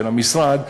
של המשרד,